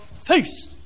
face